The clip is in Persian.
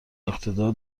اقتدار